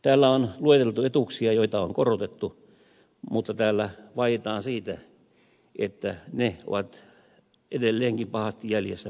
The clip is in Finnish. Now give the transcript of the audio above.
täällä on lueteltu etuuksia joita on korotettu mutta täällä vaietaan siitä että ne ovat edelleenkin pahasti jäljessä palkkojen kehityksestä